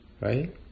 right